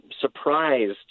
surprised